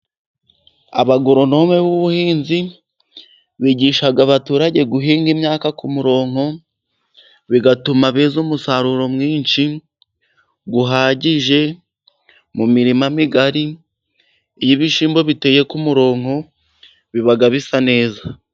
Abagoronome b'ubuhinzi bigisha abaturage guhinga imyaka ku murongo bigatuma beza umusaruro mwinshi uhagije, mu mirima migari. Iyo ibishyimbo biteye ku murongo biba bisa neza.